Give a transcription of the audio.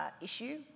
issue